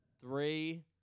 Three